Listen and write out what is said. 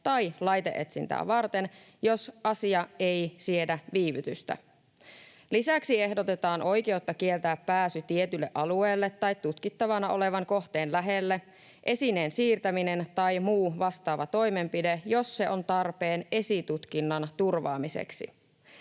tai laite-etsintää varten, jos asia ei siedä viivytystä. Lisäksi ehdotetaan oikeutta kieltää pääsy tietylle alueelle tai tutkittavana olevan kohteen lähelle, esineen siirtäminen tai muu vastaava toimenpide, jos se on tarpeen esitutkinnan turvaamiseksi.